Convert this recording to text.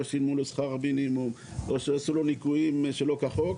שילמו לו שכר מינימום או שעשו לו ניכויים שלא כחוק,